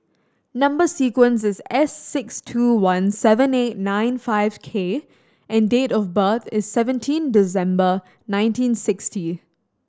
number sequence is S six two one seven eight nine five K and date of birth is seventeen December nineteen sixty